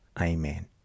Amen